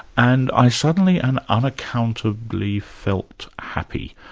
and i suddenly and unaccountably felt happy.